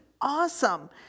awesome